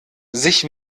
sich